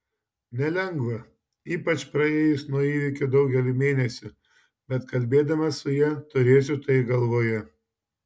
nelengva ypač praėjus nuo įvykio daugeliui mėnesių bet kalbėdamas su ja turėsiu tai galvoje